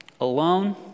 alone